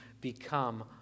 become